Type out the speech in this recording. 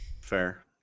fair